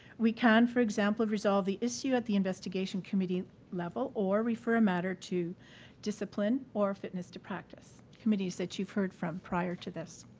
we can, for example, resolve the issue at the investigation committee level or refer a matter to discipline or fitness to practise committees that you've heard from prior to this.